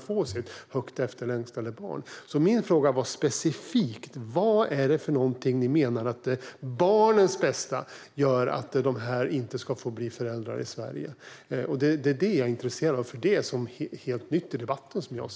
få det högt efterlängtade barnet. Vad menar ni med att barnens bästa gör att dessa par inte ska få bli föräldrar i Sverige? Det är jag intresserad av. Det är helt nytt i debatten.